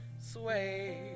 sway